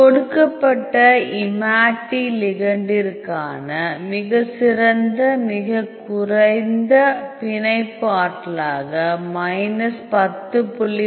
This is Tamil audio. கொடுக்கப்பட்ட இமாட்டி லிகெண்டிற்கான மிகச்சிறந்த மிகக் குறைந்த பிணைப்பு ஆற்றலாக மைனஸ் 10